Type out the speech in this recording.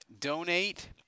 donate